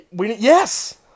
Yes